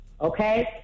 okay